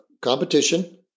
competition